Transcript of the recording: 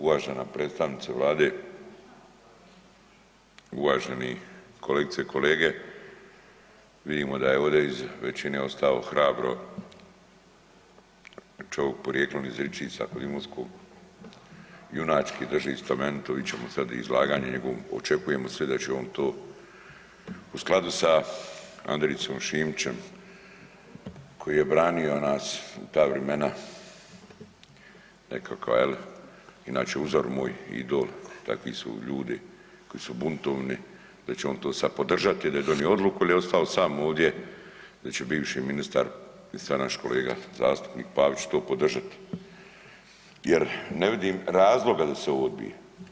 Uvažena predstavnica Vlade, uvaženi kolegice i kolege, vidimo da je ovdje iz većine ostao hrabro čovjek porijeklom iz Ričica kod Imotskog, junački drži stamenito vid ćemo sad i izlaganje njegovo, očekujemo svi da će on to u skladu sa Andrijicom Šimićem koji je branio nas u ta vrimena nekakva jel, inače uzor moj i idol, takvi su ljudi koji su buntovni, da će on to sad podržati, da je donio odluku jer je ostao sam ovdje, da će bivši ministar i sad naš kolega zastupnik Pavić to podržati jer ne vidim razloga da se ovo odbije.